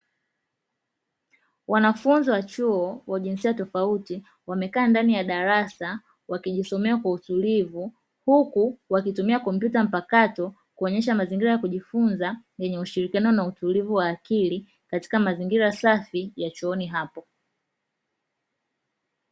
Wanafunzi wa chuo wa jinsia tofauti wamekaa ndani ya darasa wakijisomea kwa utulivu, huku wakitumia kompyuta mpakato kuonyesha mazingira ya kujifunza yenye ushirikiano na utulivu wa akili katika mazingira safi ya chuoni hapo.